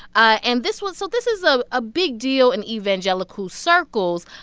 ah and this was so this is a ah big deal in evangelical circles,